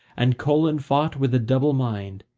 and colan fought with a double mind,